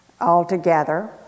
altogether